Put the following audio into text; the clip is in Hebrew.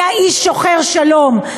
היה איש שוחר שלום,